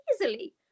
easily